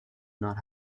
not